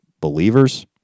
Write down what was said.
believers